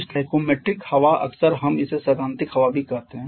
stoichiometric हवा अक्सर हम इसे सैद्धांतिक हवा भी कहते हैं